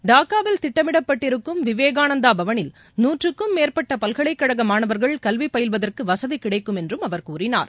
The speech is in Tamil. டாக்காவில் திட்டமிடப்பட்டிருக்கும் விவேகானந்தா பவனில் நூற்றக்கும் மேற்பட்ட பல்கலைக்கழக மாணவர்கள் கல்வி பயில்வதற்கு வசதி கிடைக்கும் என்றும் கூறினார்